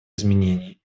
изменений